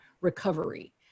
recovery